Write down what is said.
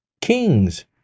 kings